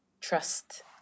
trust